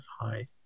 high